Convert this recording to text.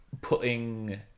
putting